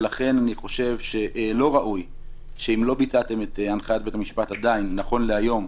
ולכן אני חושב שאם לא ביצעתם עדיין את הנחיית בית המשפט נכון להיום,